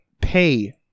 pay